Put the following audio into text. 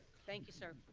thank you, sir.